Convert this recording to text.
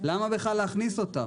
למה להכניס אותם?